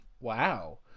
wow